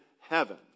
heaven